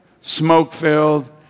smoke-filled